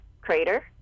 crater